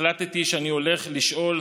החלטתי שאני הולך לשאול